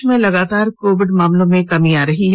देश में लगातार कोविड मामलों में कमी हो रही है